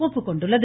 ஒப்புக்கொண்டுள்ளது